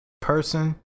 person